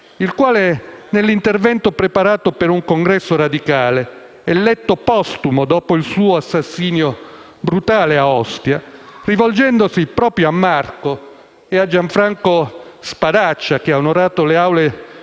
il quale, nell'intervento preparato per un Congresso radicale e letto postumo dopo il suo brutale assassinio a Ostia, rivolgendosi a Marco e a Gianfranco Spadaccia (che ha onorato le Aule del